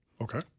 Okay